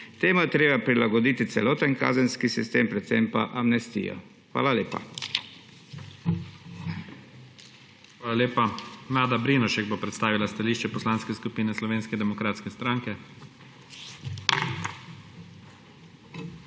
Temu je treba prilagoditi celoten kazenski sistem, predvsem pa amnestijo. Hvala lepa. **PREDSEDNIK IGOR ZORČIČ:** Hvala lepa. Nada Brinovšek bo predstavila stališče Poslanske skupine Slovenske demokratske stranke. **NADA